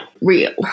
real